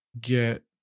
get